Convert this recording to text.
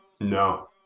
No